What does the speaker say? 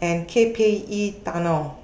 and K P E Tunnel